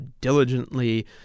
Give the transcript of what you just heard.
diligently